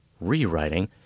rewriting